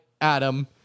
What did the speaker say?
Adam